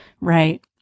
Right